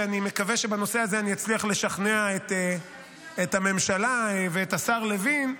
ואני מקווה שבנושא הזה אני אצליח לשכנע את הממשלה ואת השר לוין,